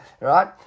right